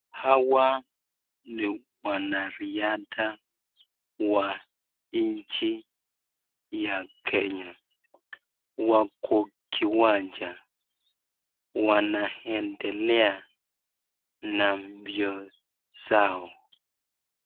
Hawa ni wanariadha wa nchi ya Kenya. Wako kiwanja wanaendelea na mbio zao.